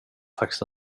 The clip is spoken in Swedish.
faktiskt